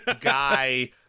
guy